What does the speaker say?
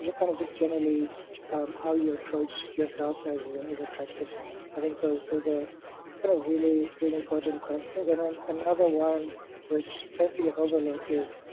just kind of just generally how you approach yourself as ah as a practitioner. i think those are ah kind of really, really important questions. and then another one which tends to get overlooked is